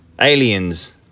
aliens